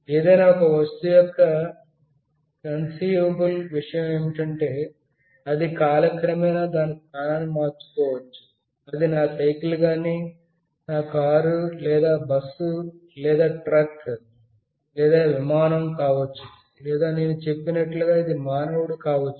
ఏదైనా ఒక నమ్మదగిన విషయం ఏమిటి అంటే వస్తువు కాలక్రమేణ అది దాని యొక్క స్థానాన్ని మార్చుకొంటుందని అది నా సైకిల్ గాని నా కారు లేదా బస్సు లేదా ట్రక్ లేదా విమానం కావచ్చు లేదా నేను చెప్పినట్లుగా ఇది మానవుడు కావచ్చు